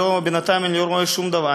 בינתיים אני לא רואה שום דבר.